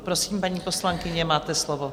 Prosím, paní poslankyně, máte slovo.